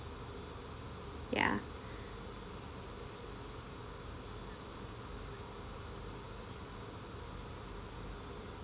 ya